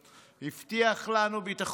הבטיח לנו ביטחון אישי.